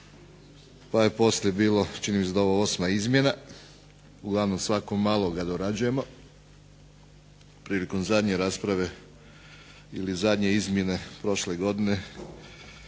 pa je poslije bilo, čini mi se da je ovo osma izmjena, uglavnom svako malo ga dorađujemo. Prilikom zadnje rasprave ili zadnje izmjene prošle godine